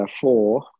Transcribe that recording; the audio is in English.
four